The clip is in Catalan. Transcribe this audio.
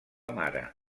mare